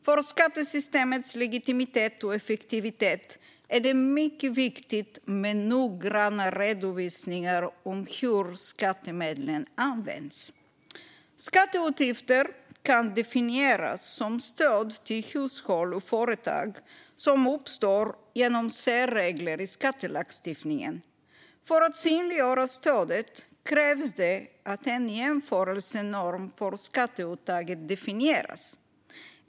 För skattesystemets legitimitet och effektivitet är det mycket viktigt med noggranna redovisningar av hur skattemedlen används. Skatteutgifter kan definieras som stöd till hushåll och företag som uppstår genom särregler i skattelagstiftningen. För att synliggöra stödet krävs att en jämförelsenorm för skatteuttaget definieras.